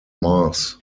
mars